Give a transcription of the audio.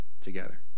together